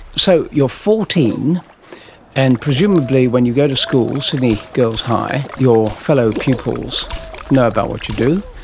so, you're fourteen and presumably when you go to school, sydney girls high, your fellow pupils know about what you do.